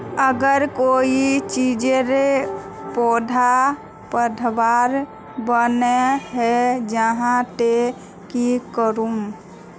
अगर कोई चीजेर पौधा बढ़वार बन है जहा ते की करूम?